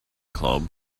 club